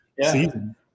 season